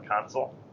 console